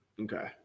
Okay